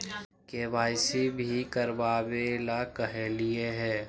KYC भी करवावेला कहलिये हे?